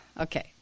Okay